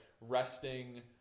resting